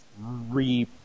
re